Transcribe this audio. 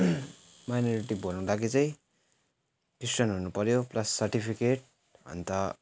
minority भर्नुको लागि चाहिँ क्रिस्चियन हुनु पर्यो प्लस सर्टिफिकेट अन्त